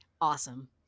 awesome